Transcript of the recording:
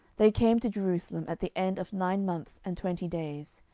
they came to jerusalem at the end of nine months and twenty days.